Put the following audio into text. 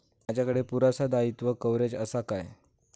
माजाकडे पुरासा दाईत्वा कव्हारेज असा काय?